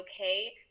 okay